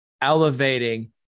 elevating